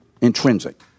Intrinsic